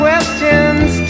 questions